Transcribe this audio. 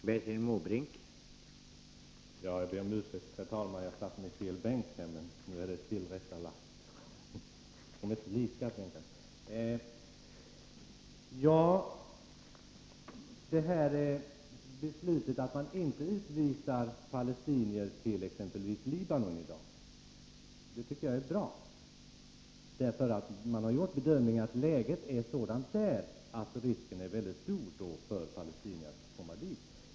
Herr talman! Beslutet att man inte skall utvisa palestinier till exempelvis Libanon just nu tycker jag är bra. Man har gjort bedömningen att läget är sådant att det är en stor risk för palestinier att komma dit.